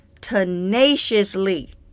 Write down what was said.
tenaciously